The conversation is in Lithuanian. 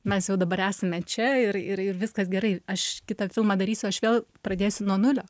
mes jau dabar esame čia ir ir ir viskas gerai aš kitą filmą darysiu aš vėl pradėsiu nuo nulio